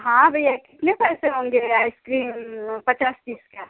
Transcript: हाँ भैया कितने पैसे होंगे आइसक्रीम पचास पीस का